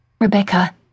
Rebecca